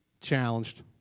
challenged